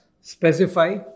specify